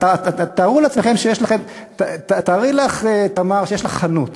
תארי לך, תמר, שיש לך חנות,